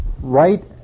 Right